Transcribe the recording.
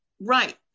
right